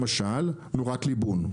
למשל נורת ליבון,